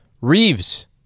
Reeves